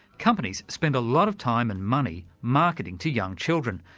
companies spend a lot of time and money marketing to young children,